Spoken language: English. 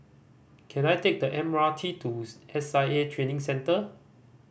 can I take the M R T to S I A Training Centre